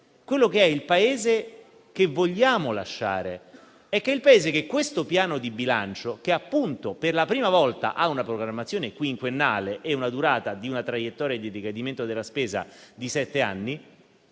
secondo noi, il Paese che vogliamo lasciare, il Paese che questo Piano di bilancio che, appunto, per la prima volta, ha una programmazione quinquennale e una durata di una traiettoria di decadimento della spesa di sette anni,